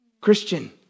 Christian